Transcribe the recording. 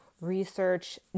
research